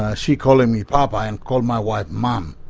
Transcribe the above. ah she's calling me papa, and called my wife mum,